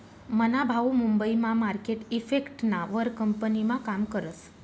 मना भाऊ मुंबई मा मार्केट इफेक्टना वर कंपनीमा काम करस